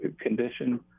condition